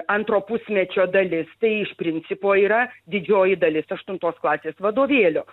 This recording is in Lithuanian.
antro pusmečio dalis tai iš principo yra didžioji dalis aštuntos klasės vadovėlio